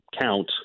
count